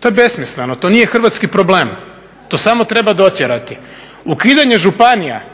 to je besmisleno, to nije hrvatski problem, to samo treba dotjerati. Ukidanje županija,